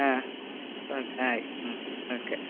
ആ ഓ ആയി ഉം ഓക്കെ